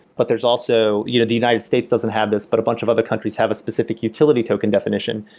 but there's also you know the united states doesn't have this, but a bunch of other countries have a specific utility token definition,